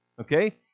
Okay